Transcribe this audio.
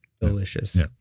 delicious